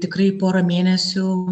tikrai porą mėnesių